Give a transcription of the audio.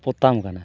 ᱯᱚᱛᱟᱢ ᱠᱟᱱᱟᱭ